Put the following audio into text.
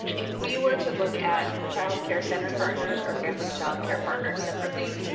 if we were to look at child care center partners or family child care partners separately,